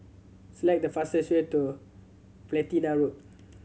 select the fastest way to Platina Road